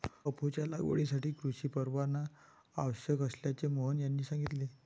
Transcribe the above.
अफूच्या लागवडीसाठी कृषी परवाना आवश्यक असल्याचे मोहन यांनी सांगितले